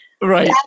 Right